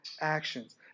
actions